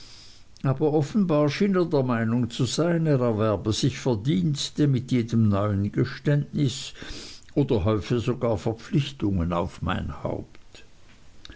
aber offenbar schien er der meinung zu sein er erwerbe sich verdienste mit jedem neuen geständnis oder häufe sogar verpflichtungen auf mein haupt